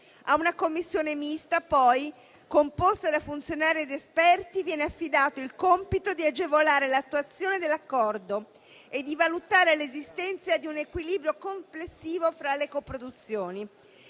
A una commissione mista poi, composta da funzionari ed esperti, viene affidato il compito di agevolare l'attuazione dell'Accordo e di valutare l'esistenza di un equilibrio complessivo fra le coproduzioni.